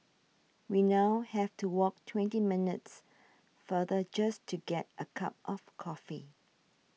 we now have to walk twenty minutes farther just to get a cup of coffee